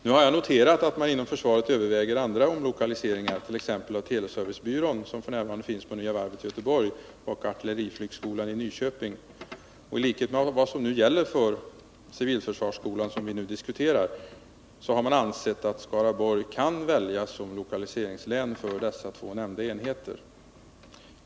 Nu har jag noterat att man inom försvaret överväger andra omlokaliseringar, t.ex. av teleservicebyrån, som f. n. finns på Nya Varvet i Göteborg, och artilleriflygskolan i Nyköping. I likhet med vad som gäller för civilförsvarsskolan, som vi nu diskuterar, har man ansett att Skaraborg kan väljas som lokaliseringslän för dessa två nämnda enheter.